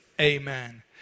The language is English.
amen